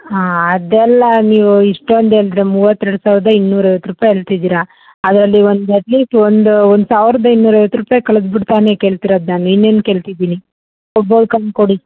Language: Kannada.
ಹಾಂ ಅದೆಲ್ಲ ನೀವು ಇಷ್ಟೊಂದು ಹೇಳಿದ್ರೆ ಮೂವತ್ತೆರಡು ಸಾವಿರದ ಇನ್ನೂರ ಐವತ್ತು ರೂಪಾಯಿ ಅಂತಿದ್ದೀರ ಅದರಲ್ಲಿ ಒಂದು ಅಟ್ ಲೀಸ್ಟ್ ಒಂದು ಒಂದು ಸಾವಿರದ ಇನ್ನೂರ ಐವತ್ತು ರೂಪಾಯಿ ಕಳ್ದು ಬಿಟ್ಟು ತಾನೇ ಕೇಳ್ತಿರೋದು ನಾನು ಇನ್ನೇನು ಕೇಳ್ತಿದ್ದೀನಿ ಕೊಡಿ